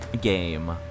game